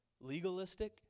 legalistic